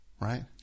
Right